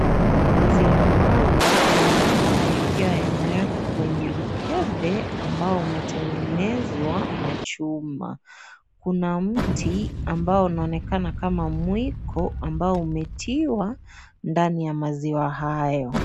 Maziwa mala yanaonekana yakiwa yamewekwa kwenye mkebe ambao imetengenezwa na chuma, kuna mti ambao inaonekana kama mwiko ambao umetiwa ndani ya maziwa hayo.